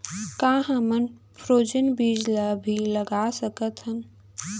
का हमन फ्रोजेन बीज ला भी लगा सकथन?